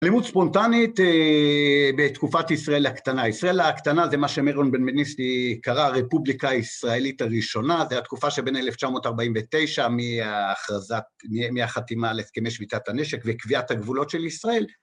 אלימות ספונטנית בתקופת ישראל הקטנה. ישראל הקטנה זה מה שמירון בנבנישתי קרא הרפובליקה הישראלית הראשונה, זה התקופה שבין 1949 מהכרזת... מהחתימה על הסכמי שביתת הנשק וקביעת הגבולות של ישראל.